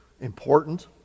important